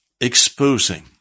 exposing